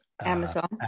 Amazon